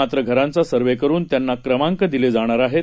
मात्रघरांचासर्वेकरूनत्यांनाक्रमांकदिलेजाणारआहेत